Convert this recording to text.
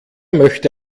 möchte